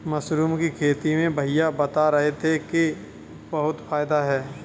mushroom की खेती में भैया बता रहे थे कि बहुत फायदा है